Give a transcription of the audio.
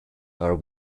are